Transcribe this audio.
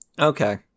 Okay